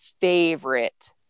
favorite